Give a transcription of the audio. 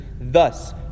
Thus